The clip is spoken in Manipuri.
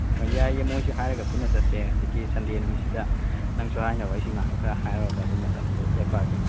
ꯍꯣꯏ ꯌꯥꯏꯌꯑꯦ ꯃꯣꯏꯁꯨ ꯍꯥꯏꯔꯒ ꯄꯨꯟꯅ ꯆꯠꯁꯦ ꯍꯧꯖꯤꯛꯀꯤ ꯁꯟꯗꯦ ꯅꯨꯃꯤꯠꯁꯤꯗ ꯅꯪꯁꯨ ꯍꯥꯏꯅꯔꯣ ꯑꯩꯁꯨ ꯏꯃꯥꯅꯕ ꯈꯔ ꯍꯥꯏꯔꯨꯔꯒ ꯑꯗꯨꯝ ꯃꯇꯝꯗꯣ ꯂꯦꯞꯄꯛꯑꯒꯦ